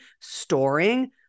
storing